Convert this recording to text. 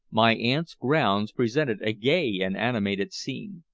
my aunt's grounds presented a gay and animated scene.